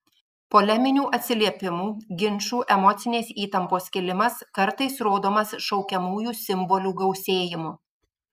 poleminių atsiliepimų ginčų emocinės įtampos kilimas kartais rodomas šaukiamųjų simbolių gausėjimu